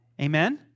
Amen